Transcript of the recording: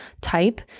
type